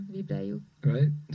Right